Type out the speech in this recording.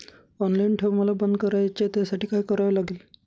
Online ठेव मला बंद करायची आहे, त्यासाठी काय करावे लागेल?